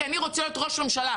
כי אני רוצה להיות ראש הממשלה.